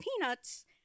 peanuts